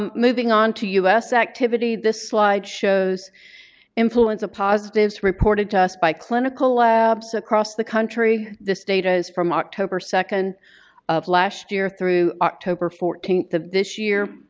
um moving on to us activity, this slide shows influenza positives reported to us by clinical labs across the country. this data is from october second of last year through october fourteenth of this year.